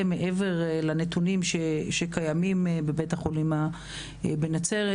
מעבר לנתונים שקיימים בביתה חולים בנצרת,